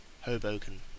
Hoboken